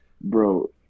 bro